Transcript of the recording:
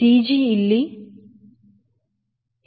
CG ಇಲ್ಲಿ ಎಲ್ಲೋ ಹೇಳಲು ಬಿಡಬೇಕು